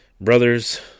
Brothers